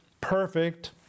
perfect